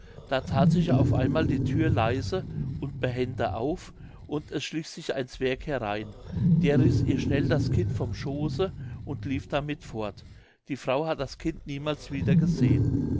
da that sich auf einmal die thür leise und behende auf und es schlich sich ein zwerg herein der riß ihr schnell das kind vom schooße und lief damit fort die frau hat das kind niemals wieder gesehen